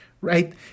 right